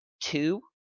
two